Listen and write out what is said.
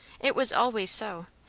it was always so.